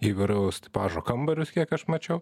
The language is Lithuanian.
įvairaus tipažo kambarius kiek aš mačiau